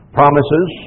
promises